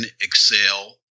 Excel